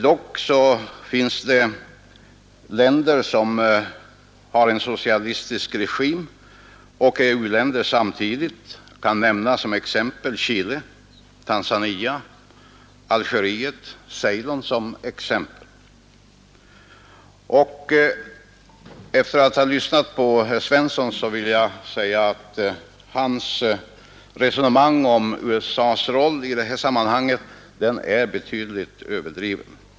Men det finns också där länder som har en socialistisk regim och samtidigt är u-länder. Jag kan som exempel nämna Chile, Tanzania, Algeriet och Ceylon. Efter att ha lyssnat till herr Svensson vill jag säga att hans resonemang om USA:s roll i detta sammanhang är betydligt överdrivet.